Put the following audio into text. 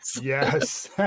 yes